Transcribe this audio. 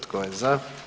Tko je za?